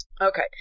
Okay